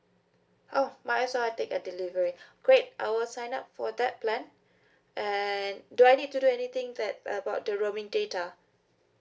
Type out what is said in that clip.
oh might as well I take a delivery great I will sign up for that plan and do I need to do anything that about the roaming data